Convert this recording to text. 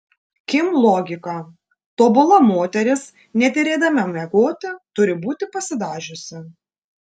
kim logika tobula moteris net ir eidama miegoti turi būti pasidažiusi